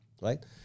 right